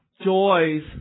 joys